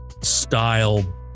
style